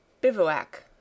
Bivouac